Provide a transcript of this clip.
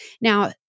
Now